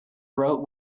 wrote